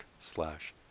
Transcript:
slash